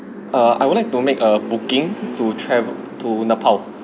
uh I would like to make a booking to travel to nepal